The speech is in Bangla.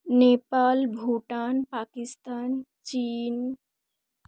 নেপাল ভুটান পাকিস্তান চীন